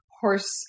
horse